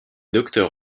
docteurs